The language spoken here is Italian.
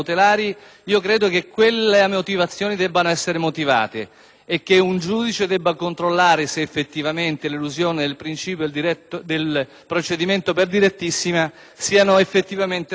e che un giudice debba controllare se effettivamente l'elusione del principio del procedimento per direttissima sia effettivamente radicato nelle esigenze investigative.